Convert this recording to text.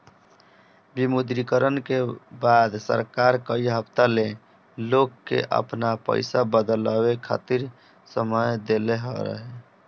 विमुद्रीकरण के बाद सरकार कई हफ्ता ले लोग के आपन पईसा बदलवावे खातिर समय देहले रहे